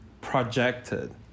projected